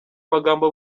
magambo